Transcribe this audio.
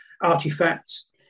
Artifacts